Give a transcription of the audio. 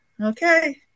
Okay